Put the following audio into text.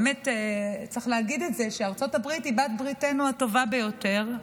צריך להגיד שארצות הברית היא בעלת בריתנו הטובה ביותר,